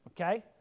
okay